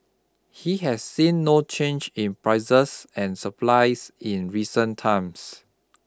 he has seen no change in prices and supplies in recent times